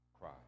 cry